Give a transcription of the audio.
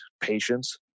patience